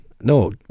No